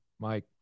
Mike